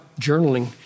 journaling